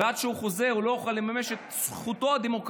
ועד שהוא חוזר הוא לא יוכל לממש את זכותו הדמוקרטית,